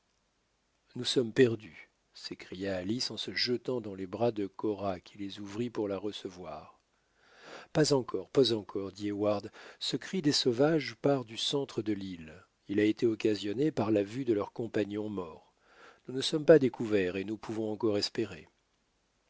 nous sommes perdus s'écria alice en se jetant dans les bras de cora qui les ouvrit pour la recevoir pas encore pas encore dit heyward ce cri des sauvages part du centre de l'île il a été occasionné par la vue de leurs compagnons morts nous ne sommes pas découverts et nous pouvons encore espérer